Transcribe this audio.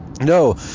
No